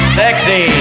sexy